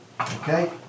Okay